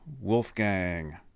Wolfgang